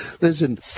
Listen